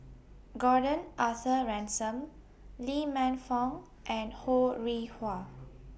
Gordon Arthur Ransome Lee Man Fong and Ho Rih Hwa